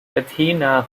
athena